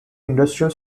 industrial